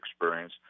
experience